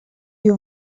you